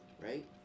right